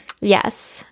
yes